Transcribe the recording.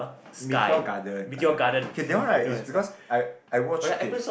Meteor Garden garden K that one right is because I I watch okay